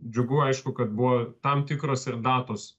džiugu aišku kad buvo tam tikros ir datos